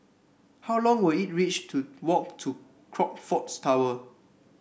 how long will it reach to walk to Crockfords Tower